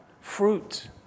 fruit